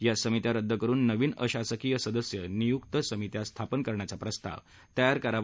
या समित्या रद्द करुन नवीन अशासकीय सदस्य नियुक्त समित्या स्थापन करण्याचा प्रस्ताव तयार करावा